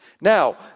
Now